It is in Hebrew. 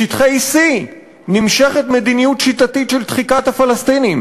בשטחי C נמשכת מדיניות שיטתית של דחיקת הפלסטינים,